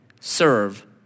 serve